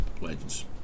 Legends